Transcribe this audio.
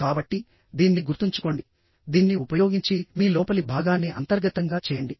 కాబట్టి దీన్ని గుర్తుంచుకోండి దీన్ని ఉపయోగించి మీ లోపలి భాగాన్ని అంతర్గతంగా చేయండి